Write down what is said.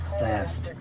fast